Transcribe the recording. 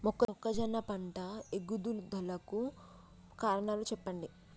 మొక్కజొన్న పంట ఎదుగుదల కు కారణాలు చెప్పండి?